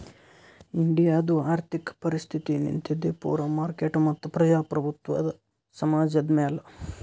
ಇಂಡಿಯಾದು ಆರ್ಥಿಕ ಪರಿಸ್ಥಿತಿ ನಿಂತಿದ್ದೆ ಪೂರಾ ಮಾರ್ಕೆಟ್ ಮತ್ತ ಪ್ರಜಾಪ್ರಭುತ್ವ ಸಮಾಜದ್ ಮ್ಯಾಲ